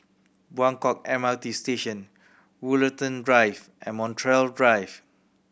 Buangkok M R T Station Woollerton Drive and Montreal Drive